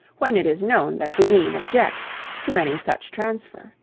when it is known that the dean objects to any such transfer